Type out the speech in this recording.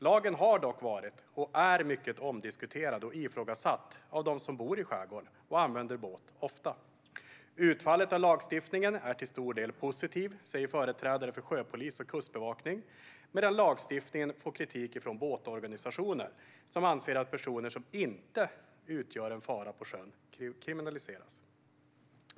Lagen har dock varit och är mycket omdiskuterad och ifrågasatt av dem som bor i skärgården och använder båt ofta. Utfallet av lagstiftningen är till stor del positiv, säger företrädare för sjöpolis och kustbevakning, men lagstiftningen får kritik från båtorganisationer som anser att personer som inte utgör en fara på sjön kriminaliseras.